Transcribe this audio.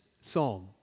psalm